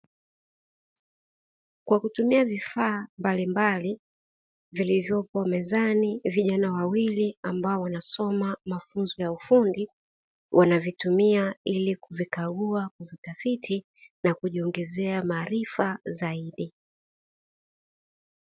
Kwa kutumia vifaa mbalimbali vilivyopo mezani, vijana wawili ambao wanasoma mafunzo ya ufundi wanavitumia; ili kuvikagua, kuvitafiti na kujiongezea maarifa zaidi.